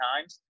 times